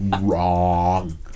Wrong